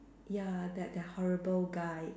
ya that that horrible guy